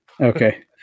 Okay